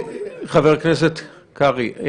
חבר הכנסת קרעי.